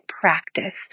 practice